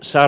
sä